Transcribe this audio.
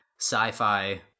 sci-fi